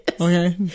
Okay